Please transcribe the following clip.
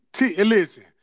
Listen